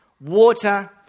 water